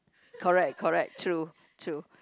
correct correct true true